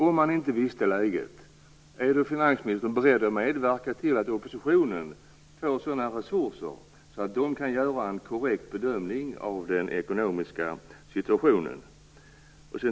Om man inte kände till det, är då finansministern beredd att medverka till att oppositionen får sådana resurser att den kan göra en korrekt bedömning av den ekonomiska situationen?